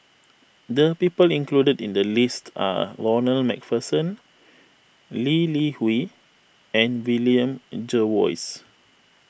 the people included in the list are Ronald MacPherson Lee Li Hui and William Jervois